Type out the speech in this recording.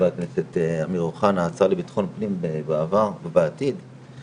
ח"כ אמיר אוחנה, השר לביטחון פנים בעבר ובעתיד,